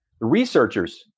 Researchers